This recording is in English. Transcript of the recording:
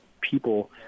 people